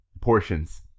portions